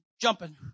jumping